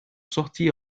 sorties